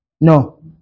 No